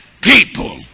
people